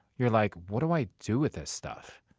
you're like, what do i do with this stuff?